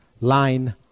line